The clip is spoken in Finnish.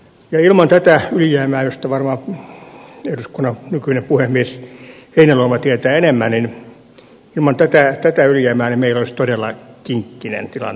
ja ilman tätä ylijäämää josta varmaan eduskunnan nykyinen puhemies heinäluoma tietää enemmän meillä olisi todella kinkkinen tilanne